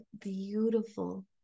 beautiful